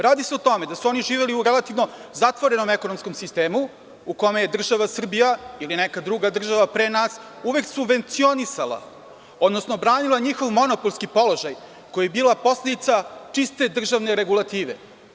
Radi se o tome da su oni živeli u relativno zatvorenom ekonomskom sistemu, gde je država Srbija ili neka druga država pre nas, uvek subvencionisala, odnosno branila njihov monopolski položaj, a to je bila posledica čiste državne regulative.